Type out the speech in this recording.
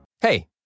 Hey